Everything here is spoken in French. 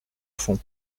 fond